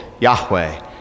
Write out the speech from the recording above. Yahweh